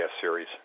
series